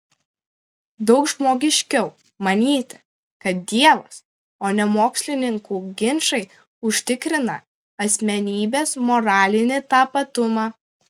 daug žmogiškiau manyti kad dievas o ne mokslininkų ginčai užtikrina asmenybės moralinį tapatumą